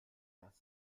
das